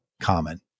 common